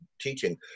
teaching